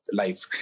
life